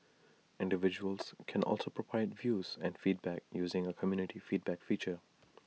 individuals can also provide views and feedback using A community feedback feature